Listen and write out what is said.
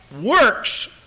works